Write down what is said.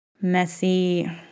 messy